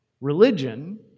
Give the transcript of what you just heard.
Religion